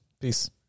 Peace